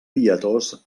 pietós